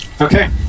Okay